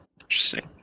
Interesting